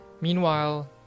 meanwhile